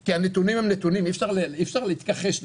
כי הנתונים הם נתונים, אי אפשר להתכחש לזה.